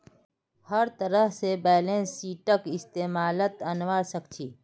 हर तरह से बैलेंस शीटक इस्तेमालत अनवा सक छी